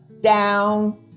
down